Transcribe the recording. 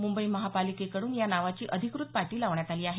मुंबई महापालिकेकडून या नावाची अधिकृत पाटी लावण्यात आली आहे